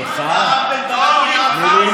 אני לא זוכר, חבר הכנסת, לך?